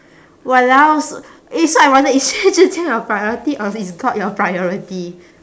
!walao! s~ eh so ironic is xue zhi qian your priority or is god your priority